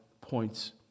points